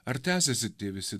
ar tęsiasi tie visi